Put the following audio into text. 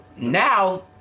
now